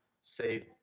save